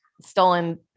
stolen